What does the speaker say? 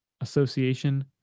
Association